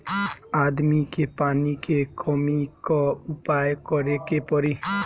आदमी के पानी के कमी क उपाय करे के पड़ी